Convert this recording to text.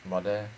about there